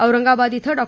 औरंगाबाद इथं डॉ